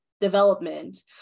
development